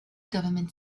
government